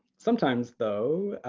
sometimes though,